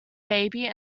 baby